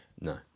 No